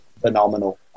phenomenal